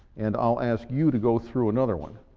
and i'll ask you to go through another one.